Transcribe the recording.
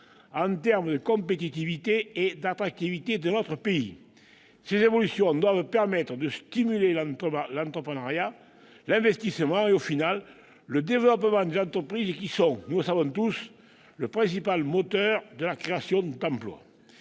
de vue de la compétitivité et de l'attractivité de notre pays. Ces évolutions doivent permettre de stimuler l'entrepreneuriat, l'investissement et,, le développement des entreprises qui sont- nous le savons tous -le principal moteur de la création d'emplois.